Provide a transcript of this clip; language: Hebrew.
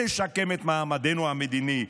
תשקם את מעמדנו המדיני,